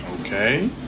okay